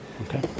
Okay